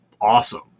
awesome